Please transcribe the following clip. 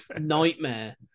nightmare